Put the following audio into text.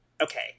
Okay